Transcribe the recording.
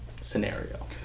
scenario